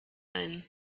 ein